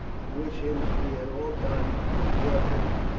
wish him to be at all times within call of me.